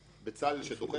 בצלאל שדוחף את זה